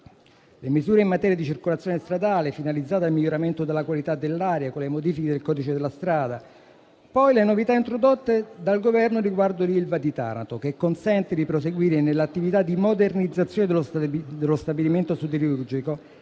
le misure in materia di circolazione stradale, finalizzate al miglioramento della qualità dell'aria, con le modifiche del codice della strada. Le novità introdotte dal Governo riguardo l'Ilva di Taranto consentono di proseguire nell'attività di modernizzazione dello stabilimento siderurgico